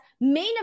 main